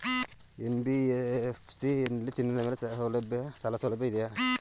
NBFC ಯಲ್ಲಿ ಚಿನ್ನದ ಮೇಲೆ ಸಾಲಸೌಲಭ್ಯ ಇದೆಯಾ?